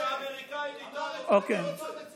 שהאמריקנים איתנו, אז מה אתה רוצה?